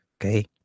okay